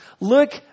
look